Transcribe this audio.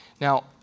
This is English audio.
Now